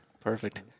Perfect